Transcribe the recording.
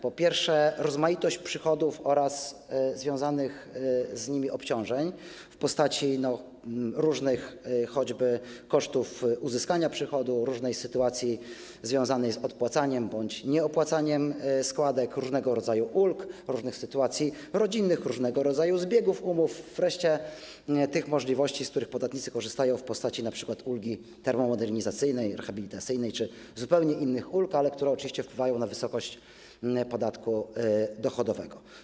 Po pierwsze, rozmaitość przychodów oraz związanych z nimi obciążeń w postaci różnych choćby kosztów uzyskania przychodów, sytuacji związanych z opłacaniem bądź nieopłacaniem składek, różnego rodzaju ulg, różnych sytuacji rodzinnych, różnego rodzaju zbiegów umów, wreszcie tych możliwości, z których podatnicy korzystają, np. dotyczących ulgi termomodernizacyjnej, rehabilitacyjnej czy zupełnie innych ulg, które oczywiście wpływają na wysokość podatku dochodowego.